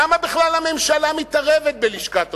למה בכלל הממשלה מתערבת בלשכת עורכי-הדין?